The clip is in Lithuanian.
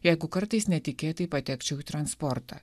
jeigu kartais netikėtai patekčiau į transportą